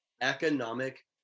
Economic